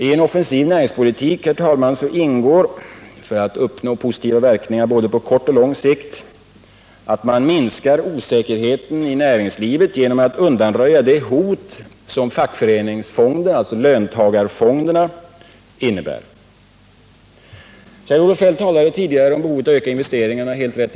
I en offensiv näringspolitik, herr talman, ingår, för att uppnå positiva verkningar både på kort och lång sikt, att man minskar osäkerheten i näringslivet genom att undanröja det hot som löntagarfonderna innebär. Kjell-Olof Feldt talade tidigare om behovet av att öka investeringarna. Det är alldeles rätt.